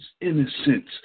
innocence